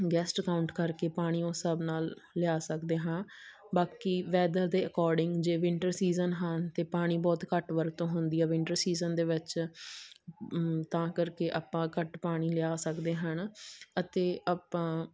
guest count ਕਰਕੇ ਪਾਣੀ ਉਸ ਹਿਸਾਬ ਨਾਲ ਲਿਆ ਸਕਦੇ ਹਾਂ ਬਾਕੀ ਵੈਦਰ ਦੇ ਅਕੋਰਡਿੰਗ ਜੇ ਵਿੰਟਰ ਸੀਜ਼ਨ ਹਨ ਤਾਂ ਪਾਣੀ ਬਹੁਤ ਘੱਟ ਵਰਤੋਂ ਹੁੰਦੀ ਆ ਵਿੰਟਰ ਸੀਜ਼ਨ ਦੇ ਵਿੱਚ ਤਾਂ ਕਰਕੇ ਆਪਾਂ ਘੱਟ ਪਾਣੀ ਲਿਆ ਸਕਦੇ ਹਨ ਅਤੇ ਆਪਾਂ